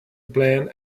bland